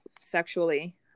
sexually